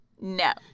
no